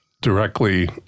directly